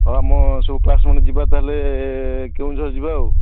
ହଁ ଆମ କ୍ଳାସ୍ମେଟ୍ ଯିବା ତା'ହାଲେ କେଉଁଝର ଯିବା ଆଉ